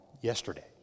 yesterday